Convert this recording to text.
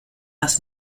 das